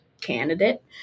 candidate